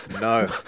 No